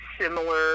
similar